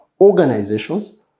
organizations